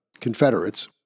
Confederates